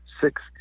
six